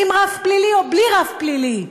עם רף פלילי או בלי רף פלילי.